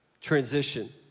Transition